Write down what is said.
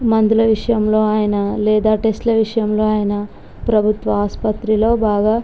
మందుల విషయంలో అయినా లేదా టెస్టుల విషయంలో అయినా ప్రభుత్వ ఆస్పత్రిలో బాగా